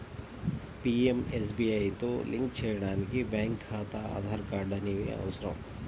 పీయంఎస్బీఐతో లింక్ చేయడానికి బ్యేంకు ఖాతా, ఆధార్ కార్డ్ అనేవి అవసరం